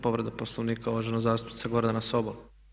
Povreda Poslovnika uvažena zastupnica Gordana Sobol.